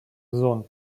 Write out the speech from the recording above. зон